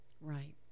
Right